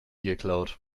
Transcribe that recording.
geklaut